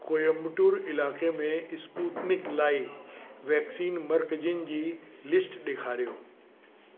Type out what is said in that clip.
कोयम्बटूर इलाक़े में स्पूतनिक लाइ वैक्सीन मर्कजनि जी लिस्ट ॾेखारियो